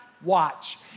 watch